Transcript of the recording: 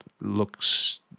looks